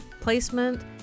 placement